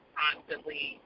constantly